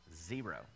Zero